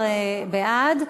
ההצבעה היא: 12 בעד,